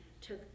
took